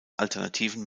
alternativen